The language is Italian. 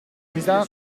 unità